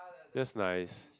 just nice